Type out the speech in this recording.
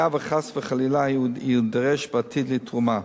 היה וחס וחלילה הוא יידרש בעתיד לתרומה.